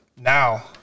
now